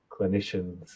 clinicians